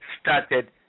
started